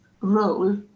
role